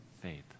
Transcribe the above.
faith